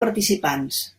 participants